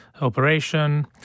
operation